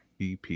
EP